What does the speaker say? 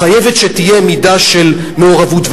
חייבת להיות מידה של מעורבות.